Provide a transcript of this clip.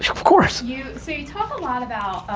of course! you so you talk a lot about